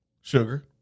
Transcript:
Sugar